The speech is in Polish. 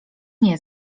nie